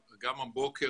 אבל הראשון התקיים ב-5.8.20,